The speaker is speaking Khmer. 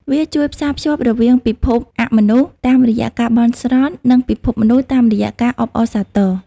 វាជួយផ្សារភ្ជាប់រវាងពិភពអមនុស្សតាមរយៈការបន់ស្រន់ និងពិភពមនុស្សតាមរយៈការអបអរសាទរ។